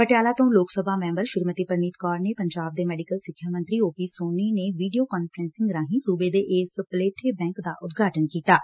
ਪਟਿਆਲਾ ਤੋ ਲੋਕ ਸਭਾ ਮੈਬਰ ਸ੍ਰੀਮਤੀ ਪਰਨੀਤ ਕੌਰ ਅਤੇ ਪੰਜਾਬ ਦੇ ਮੈਡੀਕਲ ਸਿੱਖਿਆ ਮੰਤਰੀ ਓ ਪੀ ਸੋਨੀ ਨੇ ਵੀਡੀਓ ਕਾਨਫਰੰਸਿੰਗ ਰਾਹੀਂ ਸੁਬੇ ਦੇ ਇਸ ਪਲੇਠੇ ਬੈਂਕ ਦਾ ਉਦਘਾਟਨ ਕੀਤੈ